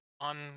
on